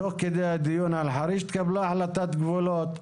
תוך כדי הדיון על חריש התקבלה החלטת גבולות.